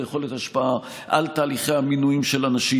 יכולת השפעה על תהליכי המינויים של אנשים,